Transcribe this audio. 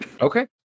Okay